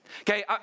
Okay